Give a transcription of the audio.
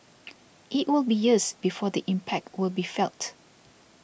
it will be years before the impact will be felt